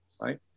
right